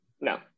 No